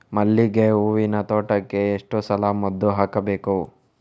ಮಲ್ಲಿಗೆ ಹೂವಿನ ತೋಟಕ್ಕೆ ಎಷ್ಟು ಸಲ ಮದ್ದು ಹಾಕಬೇಕು?